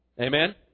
Amen